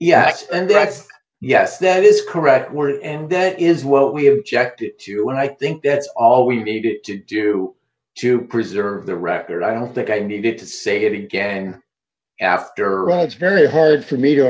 yaks and that's yes that is correct word and that is what we objected to d when i think that's all we needed to do to preserve the record i don't think i needed to say it again after right it's very hard for me to